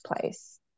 place